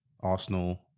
Arsenal